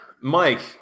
Mike